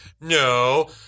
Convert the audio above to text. no